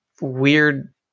weird